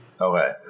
okay